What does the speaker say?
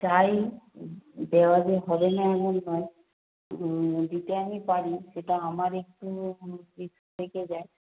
চাই দেওয়া যে হবে না এমন নয় দিতে আমি পারি সেটা আমার একটু রিস্ক থেকে যায়